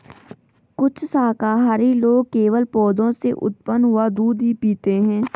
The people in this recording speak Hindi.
कुछ शाकाहारी लोग केवल पौधों से उत्पन्न हुआ दूध ही पीते हैं